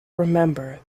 remember